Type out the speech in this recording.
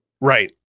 Right